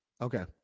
Okay